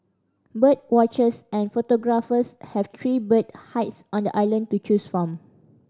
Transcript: bird watchers and photographers have three bird hides on the island to choose from